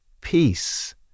Peace